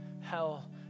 hell